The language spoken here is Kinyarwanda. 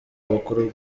bukuru